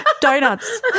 donuts